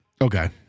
Okay